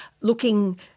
looking